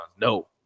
No